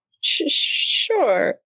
Sure